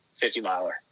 50-miler